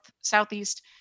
Southeast